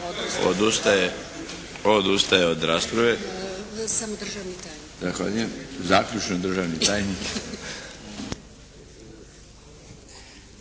Odustaje od rasprave. Zahvaljujem. Zaključno državni tajnik.